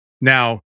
Now